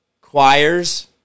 choirs